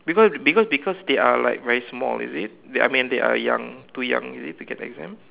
because because because they are like very small is it they I mean they are young too young is it to get exam